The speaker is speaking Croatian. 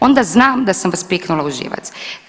Onda znam da sam vas piknula u živac.